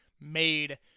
made